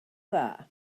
dda